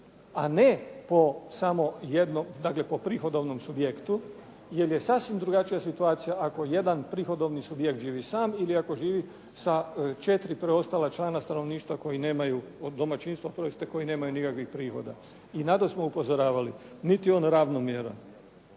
dakle po prihodovnom subjektu jer je sasvim drugačija situacija ako jedan prihodovni subjekt živi sam ili ako živi sa četiri preostala člana domaćinstva koji nemaju nikakvih prihoda. I na to smo upozoravali, niti je on ravnomjeran.